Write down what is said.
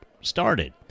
started